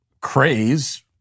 craze